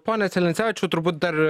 pone celencevičiau turbūt dar